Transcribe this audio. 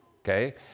okay